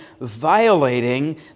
violating